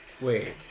Wait